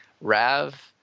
Rav